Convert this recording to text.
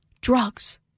Drugs